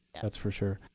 that's for sure.